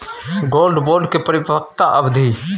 Gold bond के परिपक्वता अवधि?